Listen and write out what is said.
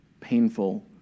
painful